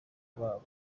babo